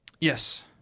Yes